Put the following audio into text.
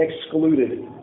excluded